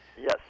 Yes